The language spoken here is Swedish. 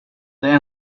det